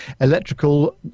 electrical